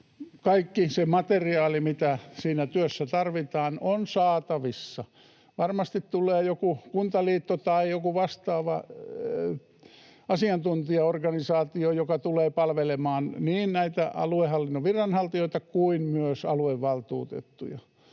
kaikki se materiaali, mitä siinä työssä tarvitaan, on saatavissa? Varmasti Kuntaliitto tai joku vastaava asiantuntijaorganisaatio tulee palvelemaan niin näitä aluehallinnon viranhaltijoita kuin myös aluevaltuutettuja.